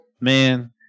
man